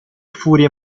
furie